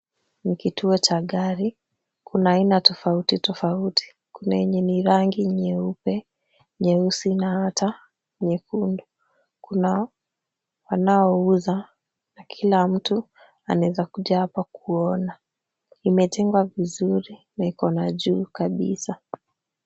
Ni kituo cha gari. Kuna aina tofauti tofauti. Kuna yenye ni rangi nyeupe, nyeusi na hata nyekundu. Kuna wanaouza na kila mtu anaeza kuja hapa kuona. Imetengwa vizuri na iko na juu kabisa.